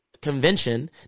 convention